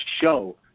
show